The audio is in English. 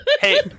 Hey